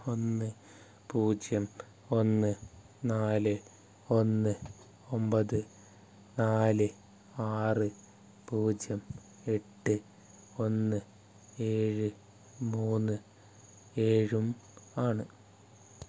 ഒന്ന് പൂജ്യം ഒന്ന് നാല് ഒന്ന് ഒമ്പത് നാല് ആറ് പൂജ്യം എട്ട് ഒന്ന് ഏഴ് മൂന്ന് ഏഴും ആണ്